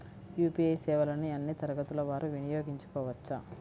UPI సేవలని అన్నీ తరగతుల వారు వినయోగించుకోవచ్చా?